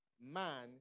man